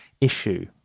issue